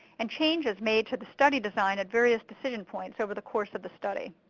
and changes made to the study design at various decision points over the course of the study.